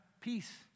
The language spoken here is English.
peace